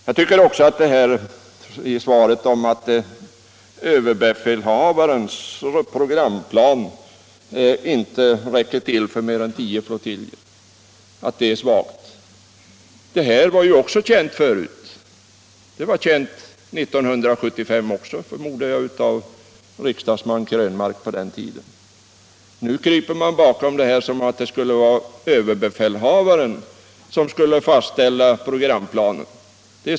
Jag tycker att argumentet i svaret att överbefälhavarens programplan inte räcker till för mer än tio flottiljer är svagt. Detta var också känt förut, och jag förmodar att det var känt även av riksdagsman Krönmark 1975. Nu kryper han bakom detta som om det vore överbefälhavaren som skulle fastställa programplanen.